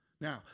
Now